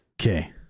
Okay